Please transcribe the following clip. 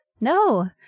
No